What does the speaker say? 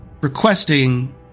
requesting